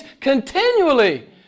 continually